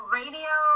radio